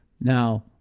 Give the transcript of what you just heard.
Now